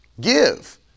give